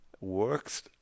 works